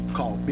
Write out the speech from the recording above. Call